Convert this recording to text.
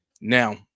now